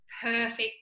perfect